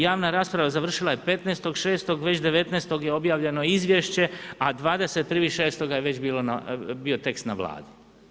Javna rasprava je završila 15. 6. već 19. je objavljeno izviješće, a 21. 6. je već bio tekst na Vladi.